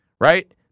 right